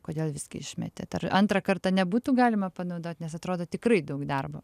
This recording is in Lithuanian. kodėl visgi išmetėt ar antrą kartą nebūtų galima panaudot nes atrodo tikrai daug darbo